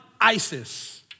Isis